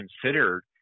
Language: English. considered